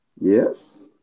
Yes